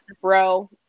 bro